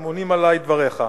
אמונים עלי דבריך,